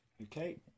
Okay